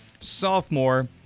sophomore